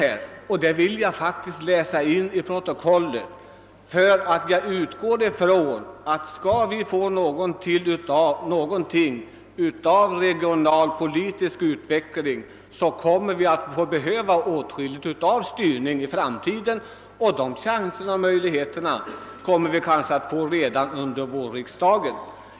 Ett stycke av den önskar jag läsa in i protokollet, eftersom jag utgår från att det, om vi skall få någon regional politisk utveckling, behövs åtskillig styrning i framtiden, och möjligheter härvidlag föreligger kanske redan under vårriksdagen.